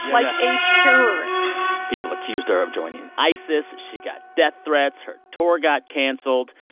like, a terrorist people accused her of joining isis. she got death threats. her tour got canceled.